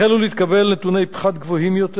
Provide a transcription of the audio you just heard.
החלו להתקבל נתוני פחת גבוהים יותר